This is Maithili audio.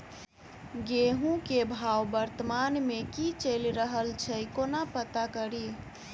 गेंहूँ केँ भाव वर्तमान मे की चैल रहल छै कोना पत्ता कड़ी?